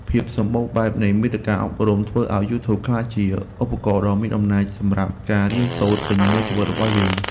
ភាពសម្បូរបែបនៃមាតិកាអប់រំធ្វើឱ្យយូធូបក្លាយជាឧបករណ៍ដ៏មានអំណាចសម្រាប់ការរៀនសូត្រពេញមួយជីវិតរបស់យើង។